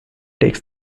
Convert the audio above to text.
takes